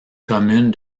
commune